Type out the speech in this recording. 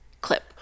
clip